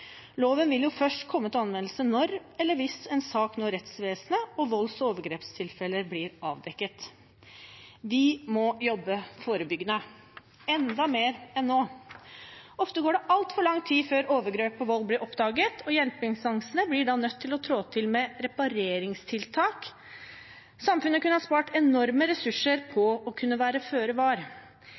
Loven vil jo først komme til anvendelse når eller hvis en sak når rettsvesenet og volds- og overgrepstilfeller blir avdekket. Vi må jobbe forebyggende – enda mer enn nå. Ofte går det altfor lang tid før overgrep og vold blir oppdaget, og hjelpeinstansene blir da nødt til å trå til med repareringstiltak. Samfunnet kunne spart enorme ressurser på å kunne være føre var.